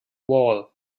wall